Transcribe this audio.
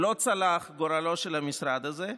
לא צלח גורלו של המשרד הזה,